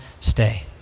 stay